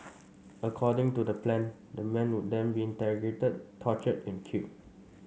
according to the plan the man would then be interrogated tortured and killed